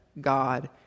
God